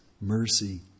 mercy